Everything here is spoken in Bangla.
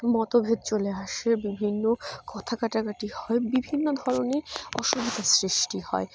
মতভেদ চলে আসে বিভিন্ন কথা কাটাকাটি হয় বিভিন্ন ধরনের অসুবিধার সৃষ্টি হয়